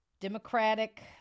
Democratic